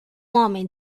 homem